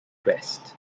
west